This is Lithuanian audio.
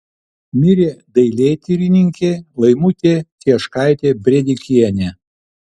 mirė dailėtyrininkė laimutė cieškaitė brėdikienė